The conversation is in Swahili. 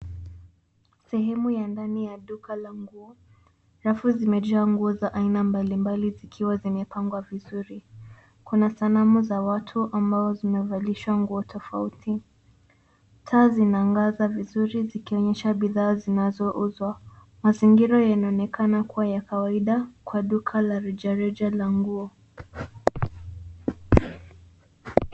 Sehemu ya ndani ya duka la nguo. Rafu zimejaa nguo za aina mbalimbali zikiwa zimepangwa vizuri. Kuna sanamu za watu ambao zimevalishwa nguo tofauti. Taa zinaangaza vizuri zikionyesha bidhaa zinazouzwa. Mazingira yanaonekana kuwa ya kawaida kwa duka la rejareja la nguo.